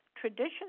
tradition